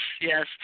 yes